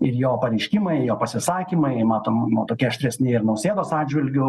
ir jo pareiškimai jo pasisakymai matom nu tokie aštresni ir nausėdos atžvilgiu